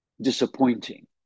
disappointing